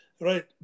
Right